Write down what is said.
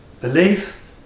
Belief